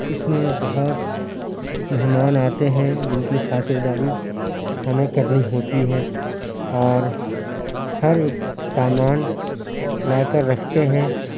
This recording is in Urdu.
اس میں بہت مہمان آتے ہیں جن کی خاطر داری ہمیں کرنی ہوتی ہے اور ہر ایک سامان لا کر رکھتے ہیں